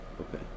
Okay